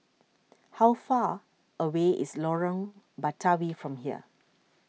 how far away is Lorong Batawi from here